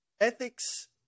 Ethics